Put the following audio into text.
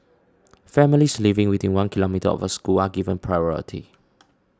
families living within one kilometre of a school are given priority